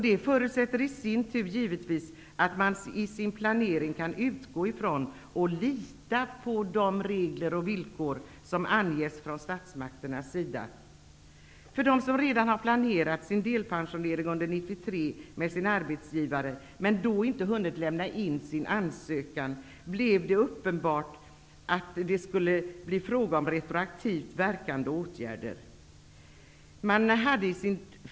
Det förutsätter givetvis i sin tur att man i sin planering kan utgå ifrån och lita på de regler och villkor som anges från statsmakternas sida. För dem som redan hade planerat sin delpensionering under 1993 med sin arbetsgivare men inte hunnit lämna in sin ansökan blev det uppenbart att det skulle bli fråga om retroaktivt verkande åtgärder. januari.